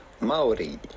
Maori